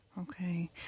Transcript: Okay